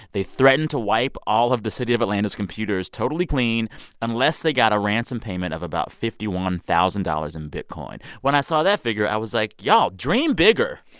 they threatened to wipe all of the city of atlanta's computers totally clean unless they got a ransom payment of about fifty one thousand dollars in bitcoin. when i saw that figure, i was like, y'all, dream bigger.